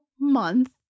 month